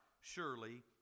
surely